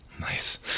Nice